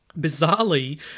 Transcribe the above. bizarrely